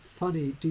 Funny